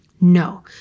No